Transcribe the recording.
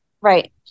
Right